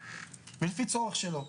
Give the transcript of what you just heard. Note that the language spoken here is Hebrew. ולפי צורך שלו.